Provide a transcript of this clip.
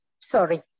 Sorry